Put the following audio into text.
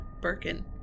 birkin